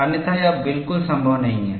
अन्यथा यह बिल्कुल संभव नहीं है